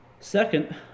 Second